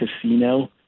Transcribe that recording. casino